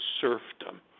serfdom